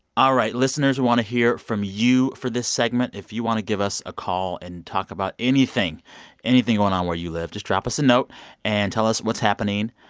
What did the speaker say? all right. listeners, we want to hear from you for this segment. if you want to give us a call and talk about anything anything going on where you live just drop us a note and tell us what's happening.